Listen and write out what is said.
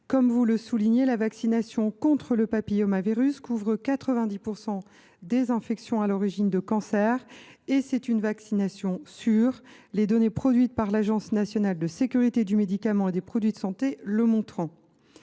Comme vous le soulignez, la vaccination contre le papillomavirus couvre 90 % des infections à l’origine de cancers ; c’est une vaccination sûre, les données produites par l’Agence nationale de sécurité du médicament et des produits de santé (ANSM) le montrent.